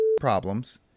problems